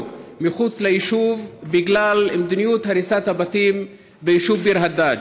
מחוץ ליישוב בגלל מדיניות הריסת הבתים ביישוב ביר הדאג'.